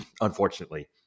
unfortunately